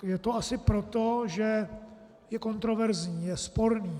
Je to asi proto, že je kontroverzní, je sporný.